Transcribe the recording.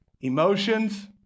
emotions